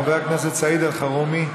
חבר הכנסת סעיד אלחרומי,